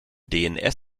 dns